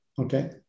okay